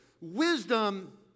Wisdom